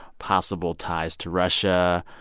possible ties to russia.